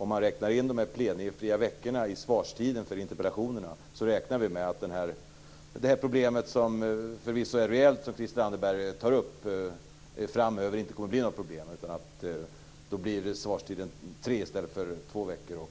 Om de plenifria veckorna räknas in i svarstiden för interpellationerna, räknar majoriteten att det problemet - som förvisso är reellt - framöver inte kommer att vara ett problem. Då blir svarstiden tre i stället för två veckor.